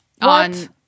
on